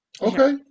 Okay